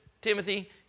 Timothy